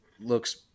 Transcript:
looks